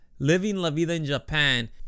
livinglavidainjapan